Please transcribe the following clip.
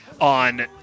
on